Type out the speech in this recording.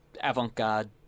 avant-garde